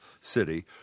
city